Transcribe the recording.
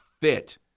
fit